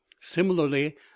similarly